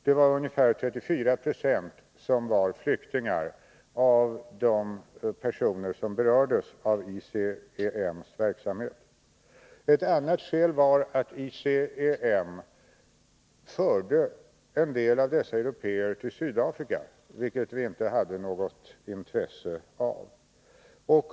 Det var ungefär 34 20 av de personer som berördes av ICEM:s verksamhet som var flyktingar. Ett annat skäl var att ICEM förde en del av dessa européer till Sydafrika, vilket vi inte hade något intresse av.